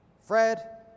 Fred